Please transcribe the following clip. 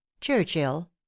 Churchill—